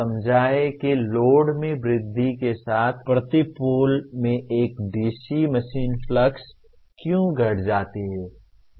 समझाएं कि लोड में वृद्धि के साथ प्रति पोल में एक DC machine flux DE machine flux क्यों घट जाती है